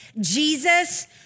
Jesus